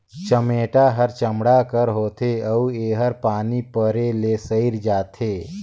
चमेटा हर चमड़ा कर होथे अउ एहर पानी परे ले सइर जाथे